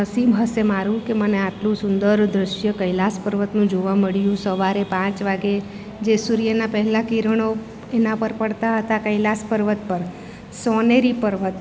નસીબ હશે મારું કે મને આટલું સુંદર દૃશ્ય કૈલાશ પર્વતનું જોવા મળ્યું સવારે પાંચ વાગે જે સૂર્યના પહેલા કિરણો એના પર પડતા હતા કૈલાસ પર્વત પર સોનેરી પર્વત